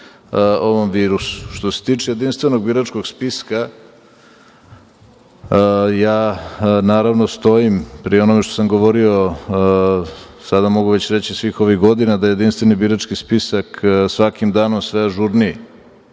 ovom virusu. Što se tiče jedinstvenog biračkog spiska, ja stojim pri onome što sam govorio, sada mogu već reći svih ovih godina, da je jedinstveni birački spisak svakim danom sve ažurniji.